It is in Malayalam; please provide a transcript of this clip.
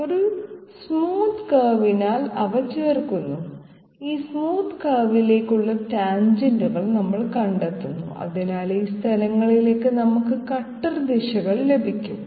ഒരു സ്മൂത്ത് കർവിനാൽ അവ ചേർക്കുന്നു ഈ സ്മൂത്ത് കർവിലേക്കുള്ള ടാൻജെന്റുകൾ നമ്മൾ കണ്ടെത്തുന്നു അതിനാൽ ഈ സ്ഥലങ്ങളിൽ നമുക്ക് കട്ടർ ദിശകൾ ലഭിക്കും